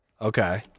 okay